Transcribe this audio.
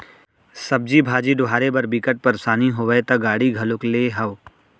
सब्जी भाजी डोहारे बर बिकट परसानी होवय त गाड़ी घलोक लेए हव